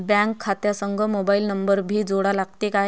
Bank खात्या संग mobile number भी जोडा लागते काय?